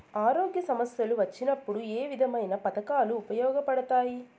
ఆరోగ్య సమస్యలు వచ్చినప్పుడు ఏ విధమైన పథకాలు ఉపయోగపడతాయి